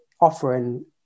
offering